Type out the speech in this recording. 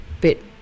bit